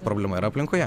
problema yra aplinkoje